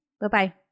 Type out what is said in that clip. Bye-bye